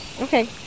Okay